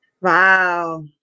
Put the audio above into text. Wow